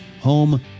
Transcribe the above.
home